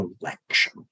election